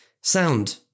Sound